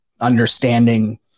understanding